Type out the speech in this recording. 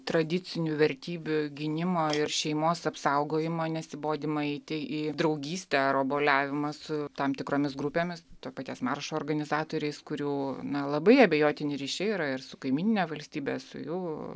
tradicinių vertybių gynimo ir šeimos apsaugojimo nesibodima eiti į draugystę ar obuoliavimą su tam tikromis grupėmis to paties maršo organizatoriais kurių labai abejotini ryšiai yra ir su kaimynine valstybe su jų